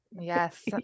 Yes